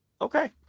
Okay